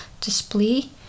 display